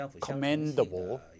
commendable